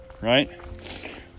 Right